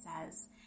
says